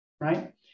right